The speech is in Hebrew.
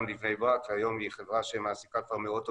בבני ברק והיום היא חברה שמעסיקה כבר מאות עובדים.